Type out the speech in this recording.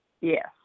Yes